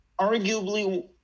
arguably